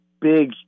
big